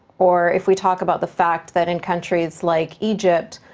or if we talk about the fact that in countries like egypt,